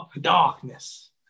Darkness